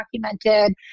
documented